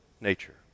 nature